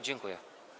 Dziękuję.